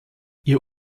ihr